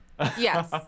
Yes